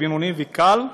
בינוני וקל,